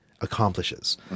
accomplishes